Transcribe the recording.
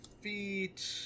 feet